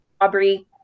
Aubrey